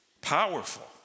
powerful